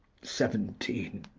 seventeen.